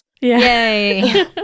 Yay